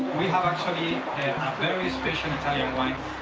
we have actually a, a very special italian wine.